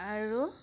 আৰু